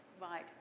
right